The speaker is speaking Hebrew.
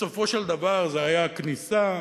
בסופו של דבר זו היתה כניסה טבעית,